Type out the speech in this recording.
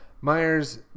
Myers